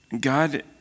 God